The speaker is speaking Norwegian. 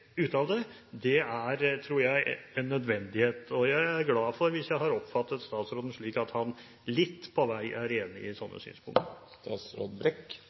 ut av det. Det er, tror jeg, en nødvendighet, og hvis jeg har oppfattet statsråden slik at han litt på vei er enig i